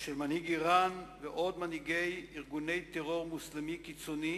של מנהיג אירן ועוד מנהיגי ארגוני טרור מוסלמי קיצוני